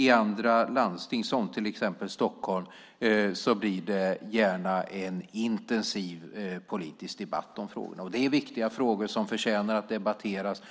I andra landsting, till exempel i Stockholm, blir det gärna en intensiv politisk debatt om frågorna. Det är viktiga frågor som förtjänar att debatteras,